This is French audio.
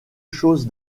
chose